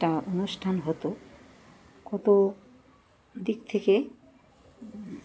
একটা অনুষ্ঠান হতো কত দিক থেকে